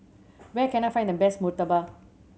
where can I find the best murtabak